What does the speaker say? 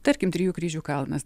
tarkim trijų kryžių kalnas